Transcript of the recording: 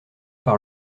par